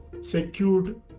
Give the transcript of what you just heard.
secured